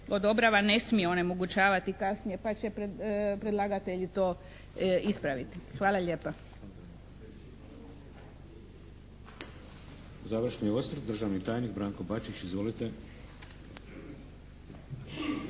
odobrava ne smije onemogućavati kasnije.", pa će predlagatelji to ispraviti. Hvala lijepa.